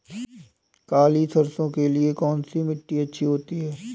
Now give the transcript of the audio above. काली सरसो के लिए कौन सी मिट्टी अच्छी होती है?